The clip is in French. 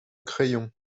crayon